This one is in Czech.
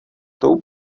tou